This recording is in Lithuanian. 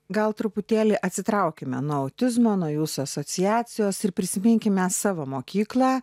gal truputėlį atsitraukiame nuo autizmo nuo jūsų asociacijos ir prisiminkime savo mokyklą